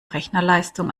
rechenleistung